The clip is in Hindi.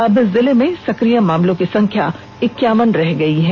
अब जिले में सक्रिय मामलों की संख्या एक्कावन रह गई है